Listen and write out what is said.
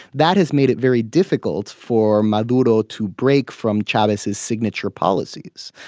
that has made it very difficult for maduro to break from chavez's signature policies,